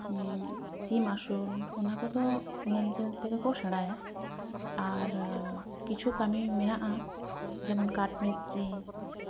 ᱥᱤᱢ ᱟᱹᱥᱩᱞ ᱚᱱᱟ ᱠᱚᱫᱚ ᱧᱮᱞ ᱧᱮᱞ ᱛᱮᱜᱮ ᱠᱚ ᱥᱮᱬᱟᱭᱟ ᱟᱨ ᱠᱤᱪᱷᱩ ᱠᱟᱹᱢᱤ ᱢᱮᱱᱟᱜᱼᱟ ᱡᱮᱢᱚᱱ ᱠᱟᱴᱷ ᱢᱤᱥᱛᱨᱤ